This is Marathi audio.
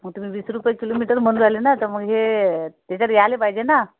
कुठं वीस रुपये किलोमीटर म्हणून राहिले ना तर मग हे त्याच्यात यायले पाहिजे ना